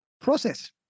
process